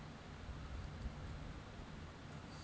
ইক দিলের ভিতর ম্যালা গিলা ছব জিলিসের ব্যবসা হ্যয়